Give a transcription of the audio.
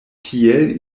tiel